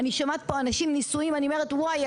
אני שומעת פה אנשים נשואים אני אומרת וואי,